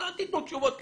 אז אל תיתנו תשובות כאלה,